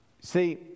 See